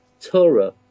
torah